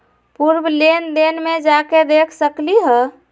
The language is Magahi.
पूर्व लेन देन में जाके देखसकली ह?